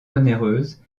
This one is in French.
onéreuse